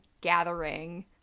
gathering